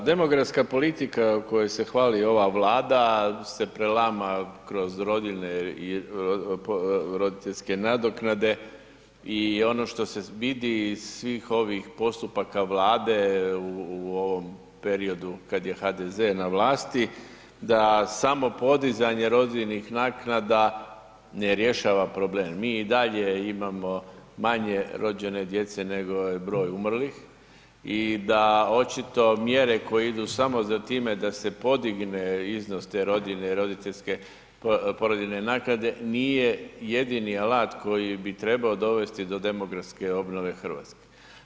Pa demografska politika o kojoj se hvali ova Vlada se prelama kroz rodiljne i roditeljske nadoknade i ono što se vidi iz svih ovih postupaka Vlade u ovom periodu kad je HDZ na vlasti, da samo podizanje rodiljnih naknada ne rješava problem, mi i dalje imamo manje rođene djece nego je broj umrlih i da očito mjere koje idu samo za time da se podigne iznos te rodiljne i roditeljske porodiljne naknade, nije jedini alat koji bi trebao dovesti do demografske obnove Hrvatske.